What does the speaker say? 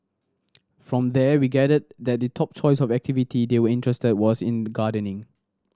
from there we gathered that the top choice of activity they were interested was in the gardening